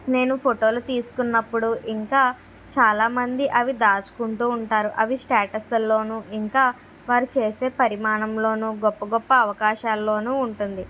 నేను ఫోటోలు తీసుకున్నప్పుడు ఇంకా చాలామంది అవి దాచుకుంటూ ఉంటారు అవి స్టేటస్సు లోను ఇంకా వారు చేసే పరిమాణంలోనూ గొప్ప గొప్ప అవకాశాల్లోనూ ఉంటుంది